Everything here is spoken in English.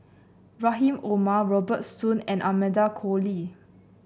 Rahim Omar Robert Soon and Amanda Koe Lee